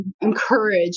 encourage